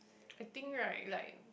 I think right like